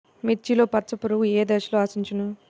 మిర్చిలో పచ్చ పురుగు ఏ దశలో ఆశించును?